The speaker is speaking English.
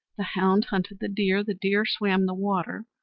the hound hunted the deer, the deer swam the water,